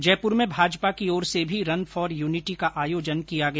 जयपुर में भाजपा की ओर से भी रन फोर यूनिटी का आयोजन किया गया